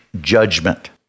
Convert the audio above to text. Judgment